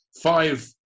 five